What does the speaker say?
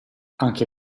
anche